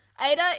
Ada